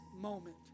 moment